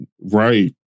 Right